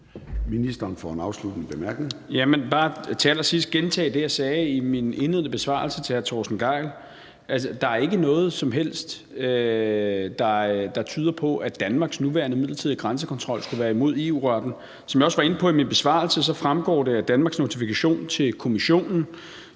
vil jeg bare gentage det, jeg sagde til hr. Torsten Gejl i min indledende besvarelse, altså at der ikke er noget som helst, der tyder på, at Danmarks nuværende midlertidige grænsekontrol skulle være imod EU-retten. Som jeg også var inde på i min besvarelse, fremgår det af Danmarks notifikation til Kommissionen